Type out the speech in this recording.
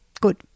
good